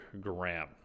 gram